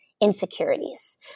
insecurities